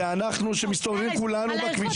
זה אנחנו שמסתובבים כולנו בכבישים.